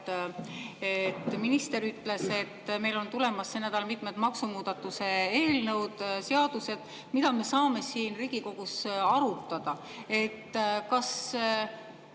minister ütles, et meil on tulemas sel nädalal mitmed maksumuudatuse eelnõud, seadused, mida me saame siin Riigikogus arutada. Kas